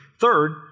Third